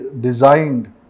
designed